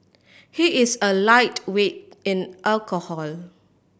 he is a lightweight in alcohol